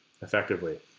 effectively